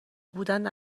بودن